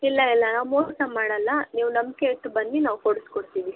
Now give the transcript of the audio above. ಇಲ್ಲ ಇಲ್ಲ ನಾವು ಮೋಸ ಮಾಡಲ್ಲ ನೀವು ನಂಬಿಕೆ ಇಟ್ಟು ಬನ್ನಿ ನಾವು ಕೊಡಸ್ಕೊಡ್ತಿವಿ